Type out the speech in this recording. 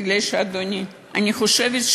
מפני שאני חושבת,